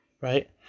Right